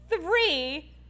Three